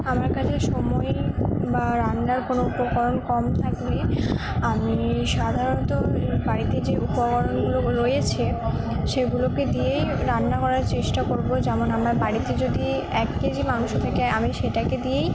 আমার কাছে সময় বা রান্নার কোনো উপকরণ কম থাকলে আমি সাধারণত বাড়িতে যে উপকরণগুলো রয়েছে সেগুলোকে দিয়েই রান্না করার চেষ্টা করব যেমন আমার বাড়িতে যদি এক কেজি মাংস থাকে আমি সেটাকে দিয়েই